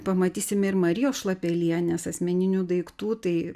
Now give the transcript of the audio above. pamatysime ir marijos šlapelienės asmeninių daiktų tai